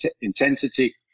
intensity